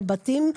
לבתים,